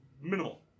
minimal